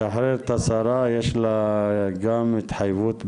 השרה, יש לה גם התחייבות בשדולה.